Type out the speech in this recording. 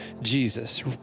Jesus